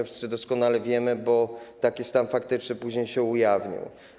Wszyscy doskonale o tym wiemy, bo taki stan faktyczny później się ujawnił.